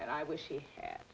and i wish he had